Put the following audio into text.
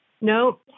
No